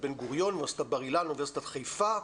בן גוריון ואוניברסיטת בר אילן ואוניברסיטת חיפה,